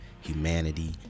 humanity